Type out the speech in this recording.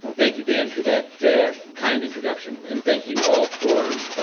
but thank you, dan, for that kind introduction. and thank you all for